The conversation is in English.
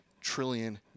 trillion